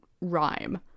rhyme